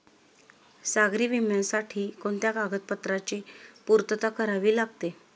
सागरी विम्यासाठी कोणत्या कागदपत्रांची पूर्तता करावी लागते?